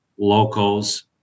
Locals